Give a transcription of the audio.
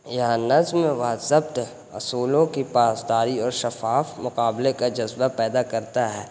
یہ نظم و ضبط اصولوں کی پاسداری اور شفاف مقابلے کا جذبہ پیدا کرتا ہے